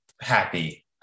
happy